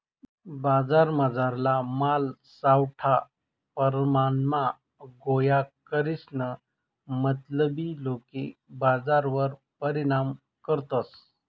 बजारमझारला माल सावठा परमाणमा गोया करीसन मतलबी लोके बजारवर परिणाम करतस